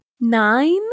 Nine